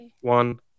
one